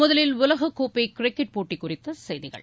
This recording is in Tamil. முதலில் உலக கோப்பை கிரிக்கெட் போட்டி குறித்த செய்திகள்